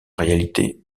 réalité